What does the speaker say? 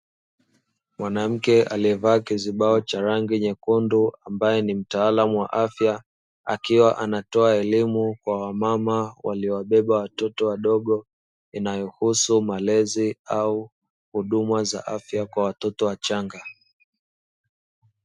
Mwanamke aliyevaa kizibao cha rangi nyekundu ambaye ni mtaalamu wa afya, akiwa anatoa elimu kwa wamama waliowabeba watoto wadogo inayohusu malezi au huduma za afya kwa watoto wachanga.